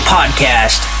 Podcast